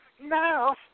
No